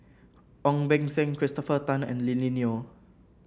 Ong Beng Seng Christopher Tan and Lily Neo